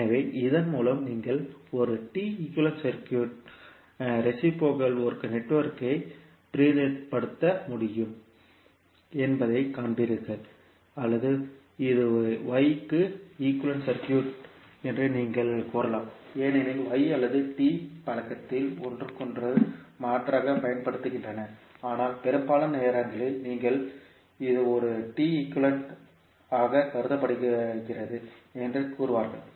எனவே இதன் மூலம் நீங்கள் ஒரு T ஈக்குவேலன்ட் சர்க்யூட்கு ரேசிப்ரோகல் ஒரு நெட்வொர்க் ஐ பிரதிநிதித்துவப்படுத்த முடியும் என்பதைக் காண்பீர்கள் அல்லது இது Y க்கு ஈக்குவேலன்ட் சர்க்யூட் என்று நீங்கள் கூறலாம் ஏனெனில் Y அல்லது T பழக்கத்தில் ஒன்றுக்கொன்று மாற்றாகப் பயன்படுத்தப்படுகின்றன ஆனால் பெரும்பாலான நேரங்களில் நீங்கள் இது ஒரு T ஈக்குவேலன்ட் ஆக கருதப்படுகிறது என்று கூறுவார்கள்